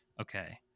Okay